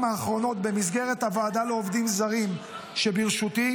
האחרונות במסגרת הוועדה לעובדים זרים שבראשותי,